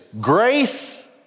Grace